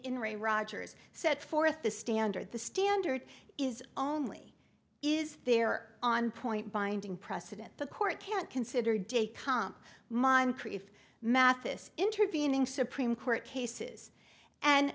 re rogers set forth the standard the standard is only is there on point binding precedent the court can't consider de pump moncrief mathis intervening supreme court cases and